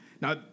Now